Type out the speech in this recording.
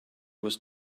was